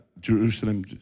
Jerusalem